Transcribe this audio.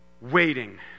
waiting